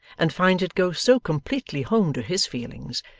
and finds it go so completely home to his feelings,